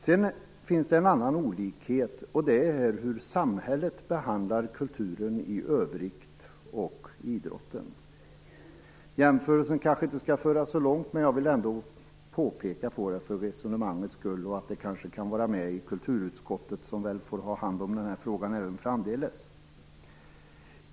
Sedan finns det en annan olikhet, och det är hur samhället behandlar kulturen i övrigt och idrotten. Jämförelsen kanske inte skall föras så långt, men jag vill ändå peka på det för resonemangets skull och att det kanske kan vara med i kulturutskottet, som väl får ha hand om den här frågan även framdeles.